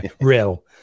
Real